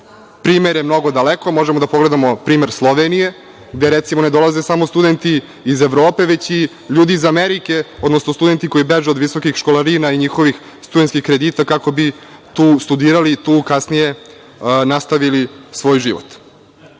primere mnogo daleko. Možemo da pogledamo primer Slovenije, gde, recimo, ne dolaze samo studenti iz Evrope, već i ljudi iz Amerike, odnosno studenti koji beže od visokih školarina i njihovih studenskih kredita kako bi tu studirali i tu kasnije nastavili svoj